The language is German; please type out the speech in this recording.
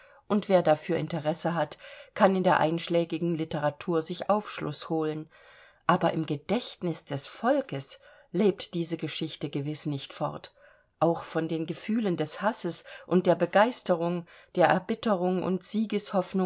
und wer dafür interesse hat kann in der einschlägigen litteratur sich aufschluß holen aber im gedächtnis des volkes lebt diese geschichte gewiß nicht fort auch von den gefühlen des hasses und der begeisterung der erbitterung und